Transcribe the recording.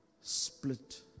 split